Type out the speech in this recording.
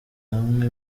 hamwe